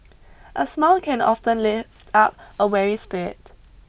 a smile can often lift up a weary spirit